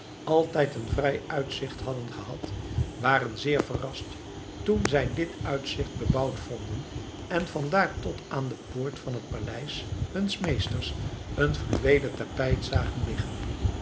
altijd een vrij uitzicht hadden gehad waren zeer verrast toen zij dit uitzicht bebouwd vonden en vandaar tot aan de poort van het paleis huns meesters een fluweelen tapijt zagen